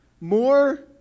more